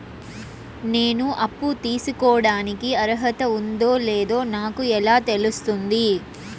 నేను అప్పు తీసుకోడానికి అర్హత ఉందో లేదో నాకు ఎలా తెలుస్తుంది?